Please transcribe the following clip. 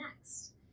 next